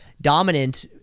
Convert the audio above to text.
dominant